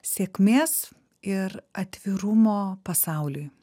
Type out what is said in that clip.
sėkmės ir atvirumo pasauliui